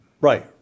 right